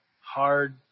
hard